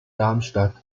darmstadt